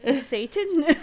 Satan